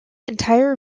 entire